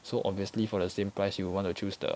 so obviously for the same price you would want to choose the